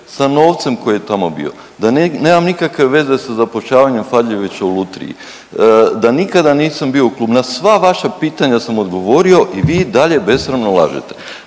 sa novcem koji je tamo bio, da nemam nikakve veze sa zapošljavanjem …/Govornik se ne razumije/…u Lutriji, da nikad nisam bio u klubu, na sva vaša pitanja sam odgovorio i vi i dalje besramno lažete.